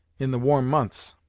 in the warm months!